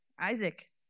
Isaac